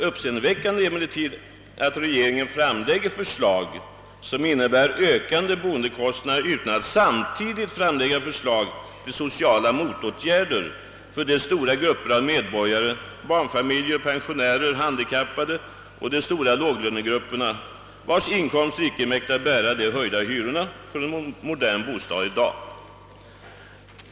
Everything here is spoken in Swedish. Uppsendeväckande är emellertid att regeringen framlägger förslag, som innebär ökande boendekostnader, utan att samtidigt föreslå sociala motåtgärder för de stora grupper av medborgare — barnfamiljer, pensionärer, handikappade och de stora låglönegrupperna — vilkas inkomster icke mäktar bära de höjda hyrorna för en modern bostad av i dag.